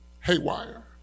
haywire